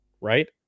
right